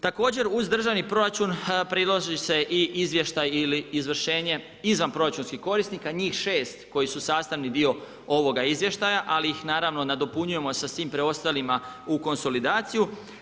Također uz državni proračun prilaže se i izvještaj ili izvršenje izvan proračunskih korisnika, njih 6 koji su sastavni dio ovoga izvještaja ali ih naravno nadopunjujemo sa svim preostalima u konsolidaciju.